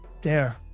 dare